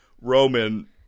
Roman